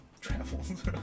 travels